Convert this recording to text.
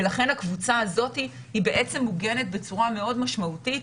ולכן הקבוצה הזאת היא בעצם מוגנת בצורה מאוד משמעותית.